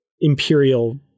imperial